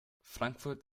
frankfurt